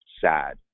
sad